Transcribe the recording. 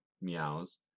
meows